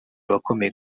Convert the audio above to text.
abakomeye